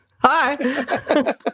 Hi